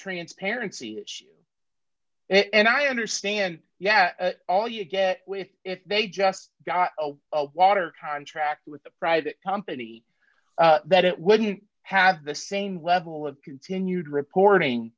transparency issue and i understand yeah all you get with if they just got a water contract with a private company that it wouldn't have the same level of continued reporting